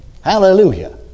Hallelujah